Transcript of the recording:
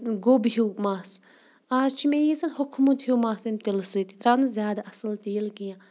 گوٚب ہیوٗ مَس آز چھِ مےٚ یہِ زَن ہوٚکھمُت ہیوٗ مَس اَمہِ تِلہٕ سۭتۍ یہِ درٛاو نہٕ زیادٕ اَصٕل تیٖل کیٚنٛہہ